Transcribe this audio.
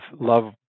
love